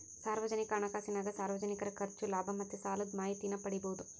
ಸಾರ್ವಜನಿಕ ಹಣಕಾಸಿನಾಗ ಸಾರ್ವಜನಿಕರ ಖರ್ಚು, ಲಾಭ ಮತ್ತೆ ಸಾಲುದ್ ಮಾಹಿತೀನ ಪಡೀಬೋದು